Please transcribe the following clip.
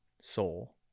soul